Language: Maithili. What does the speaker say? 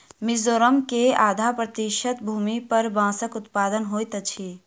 मिजोरम के आधा प्रतिशत भूमि पर बांसक उत्पादन होइत अछि